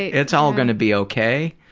it's all going to be okay!